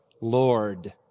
Lord